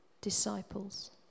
disciples